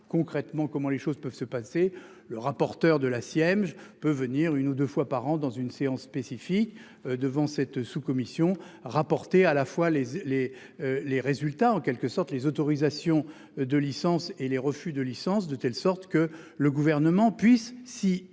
concrètement comment les choses peuvent se passer. Le rapporteur de la sienne, je peux venir une ou deux fois par an dans une séance spécifique devant cette sous-commission rapporté à la fois les les les résultats en quelque sorte les autorisations de licence et les refus de licence de telle sorte que le gouvernement puisse si